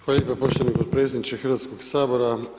Hvala lijepa poštovani potpredsjedniče Hrvatskog sabora.